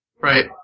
Right